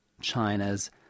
China's